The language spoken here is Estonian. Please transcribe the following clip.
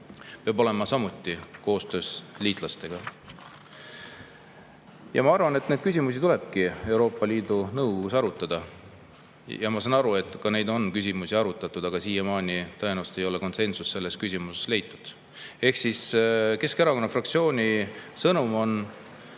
astutud samuti koostöös liitlastega. Ma arvan, et neid küsimusi tulebki Euroopa Liidu Nõukogus arutada. Jah, ma saan aru, et neid küsimusi ongi arutatud, aga siiamaani tõenäoliselt ei ole konsensust selles küsimuses leitud. Ehk siis Keskerakonna fraktsiooni sõnum on